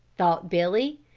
thought billy,